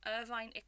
Irvine